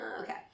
okay